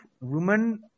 women